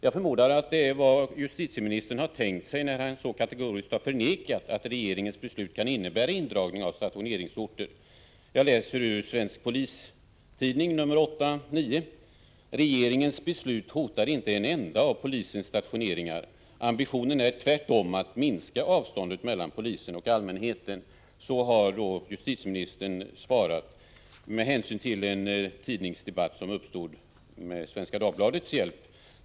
Jag förmodar att detta är vad justitieministern har tänkt sig, när han så kategoriskt har förnekat att regeringens beslut kan innebära indragningar av stationeringsorter. Jag citerar ur Svensk Polistidning nr 8-9: ”Regeringens beslut hotar inte en enda av polisens stationeringar. Ambitionen är tvärtom att minska avståndet mellan polisen och allmänheten.” Så har justitieministern svarat i en tidningsdebatt, som uppstod med Svenska Dagbladets hjälp.